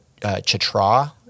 Chitra